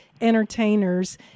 entertainers